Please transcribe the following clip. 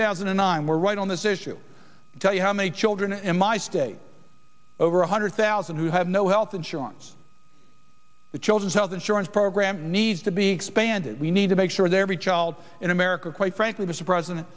thousand and nine we're right on this issue tell you how many children in my state over one hundred thousand who have no health insurance the children's health insurance program needs to be expanded we need to make sure that every child in america quite frankly mr president